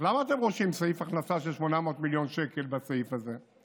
אז למה אתם רושמים סעיף הכנסה של 800 מיליון שקל בסעיף הזה?